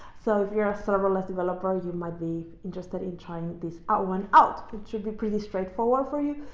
so if you're a server less developer, you might be interested in trying this out one out. it should be pretty straightforward for you.